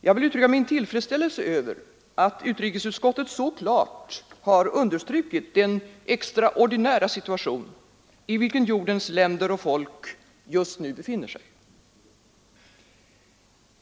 Jag vill uttrycka min tillfredsställelse över att utrikesutskottet så klart har understrukit den extraordinära situation, i vilken jordens länder och folk just nu befinner sig.